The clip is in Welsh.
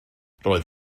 roedd